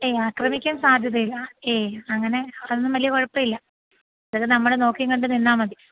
ഏയ് ആക്രമിക്കാൻ സാധ്യതയില്ല ഏയ് അങ്ങനെ അതൊന്നും വലിയ കുഴപ്പമില്ല അതൊക്കെ നമ്മൾ നോക്കിയും കണ്ടും നിന്നാൽ മതി